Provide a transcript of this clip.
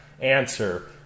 answer